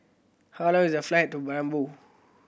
how long is the flight to Paramaribo